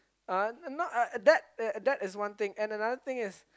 uh not uh uh uh that that is one thing and another thing is